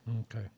Okay